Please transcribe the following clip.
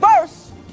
First